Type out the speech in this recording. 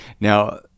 Now